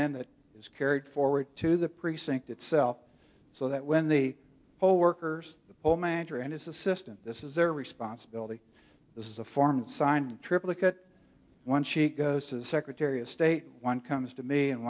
then that is carried forward to the precinct itself so that when the poll workers the poll manager and his assistant this is their responsibility this is a form signed triplicate one she goes to the secretary of state one comes to me and